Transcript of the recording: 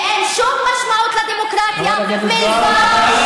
ואין שום משמעות לדמוקרטיה מלבד,